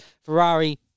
Ferrari